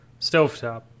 Stovetop